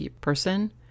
person